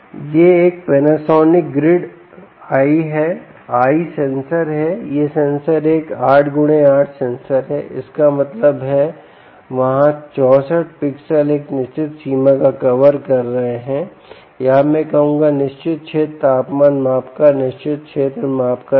यह एक Panasonic grid EYE है EYE सेंसर यह सेंसर एक 8 × 8 सेंसर है इसका मतलब है वहाँ 64 पिक्सेल एक निश्चित सीमा को कवर कर रहे हैं या मैं कहूँगा निश्चित क्षेत्र तापमान माप का निश्चित क्षेत्र माप का क्षेत्र